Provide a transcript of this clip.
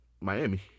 Miami